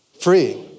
free